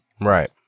Right